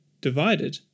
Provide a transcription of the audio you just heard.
divided